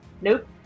Nope